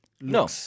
No